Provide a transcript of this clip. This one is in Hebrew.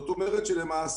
אומרים לנו: